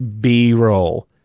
B-roll